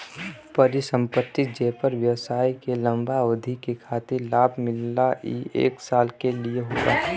परिसंपत्ति जेपर व्यवसाय के लंबा अवधि के खातिर लाभ मिलला ई एक साल के लिये होला